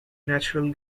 natural